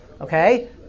okay